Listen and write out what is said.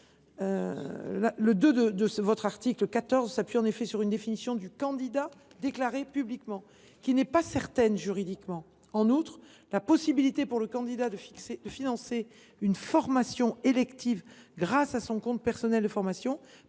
du II du présent article, qui s’appuie sur une définition du « candidat déclaré publiquement », laquelle n’est pas sûre juridiquement. En outre, la possibilité pour le candidat de financer une formation élective grâce à son compte personnel de formation